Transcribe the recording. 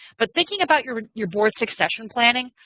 but thinking about your your board succession planning.